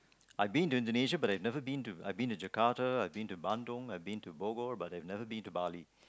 I've been to Indonesia but never been to I've been to Jakarta I've been Bandung I've been to Bogor but I've never been to Bali